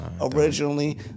originally